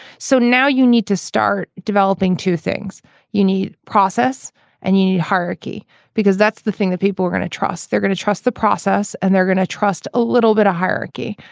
so now you need to start developing two things you need process and you need hierarchy because that's the thing that people are going to trust they're going to trust the process and they're going to trust a little bit of hierarchy.